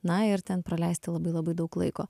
na ir ten praleisti labai labai daug laiko